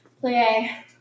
Play